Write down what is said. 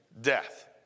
death